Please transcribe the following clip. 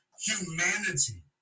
humanity